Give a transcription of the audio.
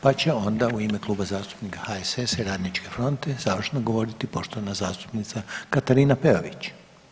Pa će onda u ime Kluba zastupnika HSS-a i Radničke fronte završno govoriti poštovana zastupnica Katarina Peović.